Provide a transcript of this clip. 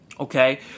Okay